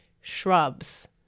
shrubs